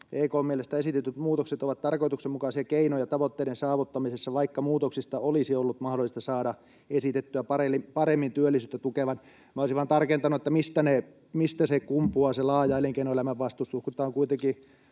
EK:n mielestä esitetyt muutokset ovat tarkoituksenmukaisia keinoja tavoitteiden saavuttamisessa, vaikka muutoksista olisi ollut mahdollista saada esitettyä paremmin työllisyyttä tukevan.” Minä olisin vain tarkentanut, mistä kumpuaa se laaja elinkeinoelämän vastustus, kun tämä on kuitenkin